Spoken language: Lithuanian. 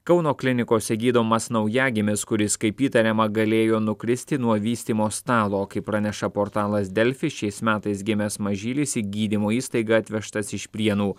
kauno klinikose gydomas naujagimis kuris kaip įtariama galėjo nukristi nuo vystymo stalo kaip praneša portalas delfi šiais metais gimęs mažylis į gydymo įstaigą atvežtas iš prienų